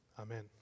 amen